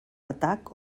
atac